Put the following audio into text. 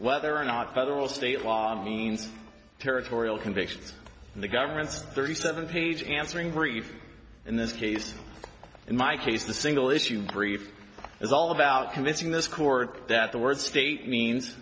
whether or not federal state law means territorial convictions in the government's thirty seven page answering brief in this case in my case the single issue brief is all about convincing this court that the word state means